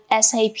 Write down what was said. SAP